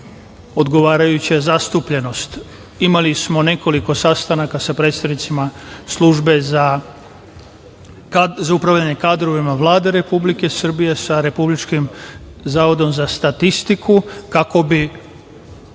odgovarajuća zastupljenost. Imali smo nekoliko sastanaka sa predstavnicima Službe za upravljanje kadrovima Vlade Republike Srbije sa Republičkim zavodom za statistiku, kako bi